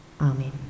Amen